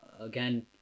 again